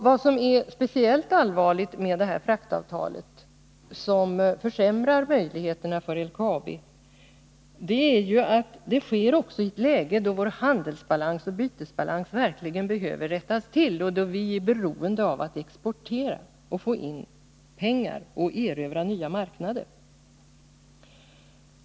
Vad som är speciellt allvarligt med fraktavtalet och som försämrar möjligheterna för LKAB är ju att det gäller i ett läge där vår handelsoch bytesbalans verkligen behöver rättas till och då vi är beroende av att exportera, få in pengar och erövra nya marknader.